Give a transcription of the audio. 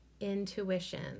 intuition